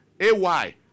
AY